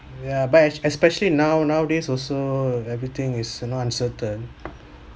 yeah but es~ especially now nowadays also everything is you know uncertain